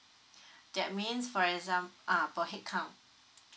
that means for exam uh per headcount